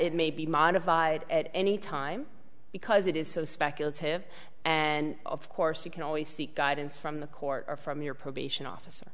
it may be modified at any time because it is so speculative and of course you can always seek guidance from the court or from your probation officer